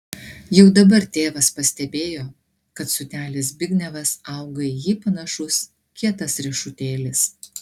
jau dabar tėvas pastebėjo kad sūnelis zbignevas auga į jį panašus kietas riešutėlis